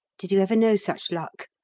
did you ever know such luck?